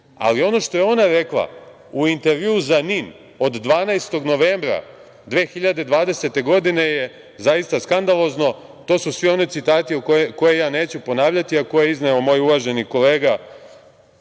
Ali, ono što je ona rekla u intervjuu za NIN od 12. novembra 2020. godine je zaista skandalozno. To su svi oni citati koje ja neću ponavljati, a koje je izneo moj uvaženi kolega